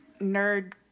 nerd